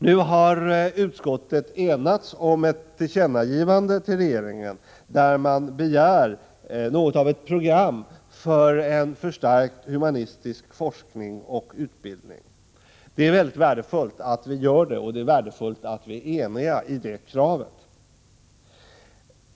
Nu har utskottet enats om ett tillkännagivande till regeringen, där man begär något av ett program för en förstärkt humanistisk forskning och utbildning. Det är värdefullt att vi gör detta, och det är värdefullt att vi är eniga i det kravet.